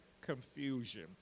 confusion